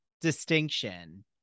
distinction